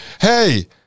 Hey